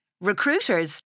Recruiters